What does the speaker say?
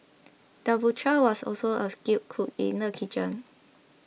the butcher was also a skilled cook in the kitchen